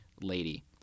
lady